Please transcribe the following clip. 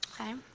okay